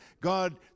God